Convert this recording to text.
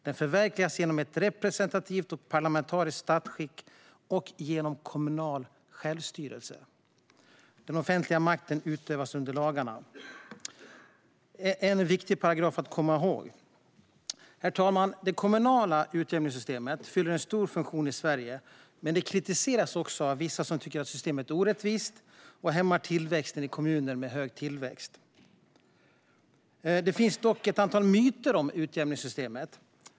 Den förverkligas genom ett representativt och parlamentariskt statsskick och genom kommunal självstyrelse. Den offentliga makten utövas under lagarna." Det är en viktig paragraf att komma ihåg. Herr talman! Det kommunala utjämningssystemet fyller en stor funktion i Sverige, men det kritiseras också av vissa som tycker att systemet är orättvist och hämmar tillväxten i kommuner med hög skattekraft. Det finns dock ett antal myter om utjämningssystemet.